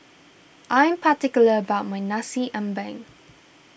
I am particular about my Nasi Ambeng